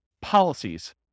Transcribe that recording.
policies